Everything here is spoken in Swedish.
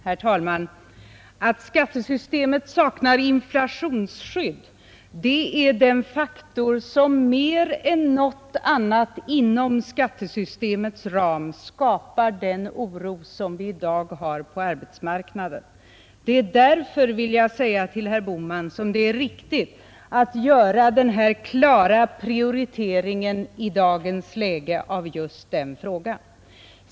Herr talman! Att skattesystemet saknar inflationsskydd det är den faktor som mer än något annat inom skattesystemets ram skapar den oro som vi i dag har på arbetsmarknaden, Det är därför, vill jag säga till herr Bohman, som det är riktigt att i dagens läge göra den här klara prioriteringen av just den frågan.